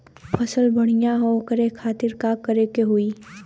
फसल बढ़ियां हो ओकरे खातिर का करे के होई?